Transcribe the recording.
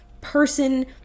person